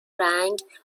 رنگ